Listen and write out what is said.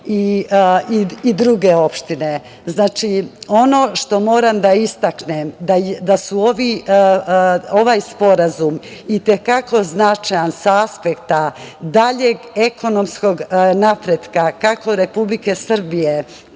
i druge opštine. Ono što moram da istaknem da je ovaj Sporazum i te kako značajan sa aspekta daljeg ekonomskog napretka, kako Republike Srbije,